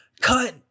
Cut